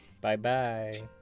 Bye-bye